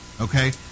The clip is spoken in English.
okay